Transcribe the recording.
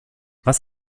was